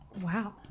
Wow